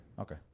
Okay